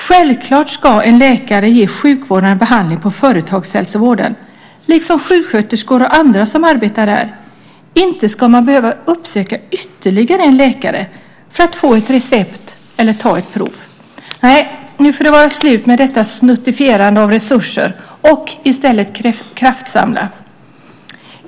Självklart ska läkare ge sjukvårdande behandling på företagshälsovården liksom sjuksköterskor och andra som arbetar där. Inte ska man behöva uppsöka ytterligare en läkare för att få ett recept eller ta ett prov. Nej, nu måste vi få ett slut på detta snuttifierande av resurser och i stället kraftsamla.